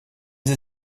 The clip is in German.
sie